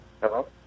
hello